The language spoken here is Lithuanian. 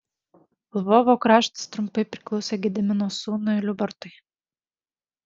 lvovo kraštas trumpai priklausė gedimino sūnui liubartui